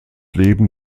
leben